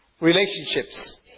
relationships